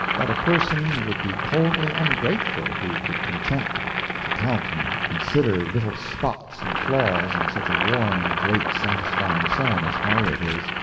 that a person would be coldly ungrateful who could consent to count and consider little spots and flaws in such a warm, great, satisfying sun as harriet is.